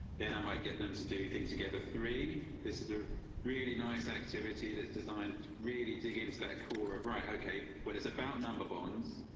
then i might get them to do things together. three this is a really nice activity that's designed to really dig into that core of right? ok, well, it's about number bonds.